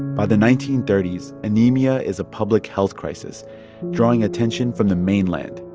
by the nineteen thirty s, anemia is a public health crisis drawing attention from the mainland,